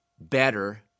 better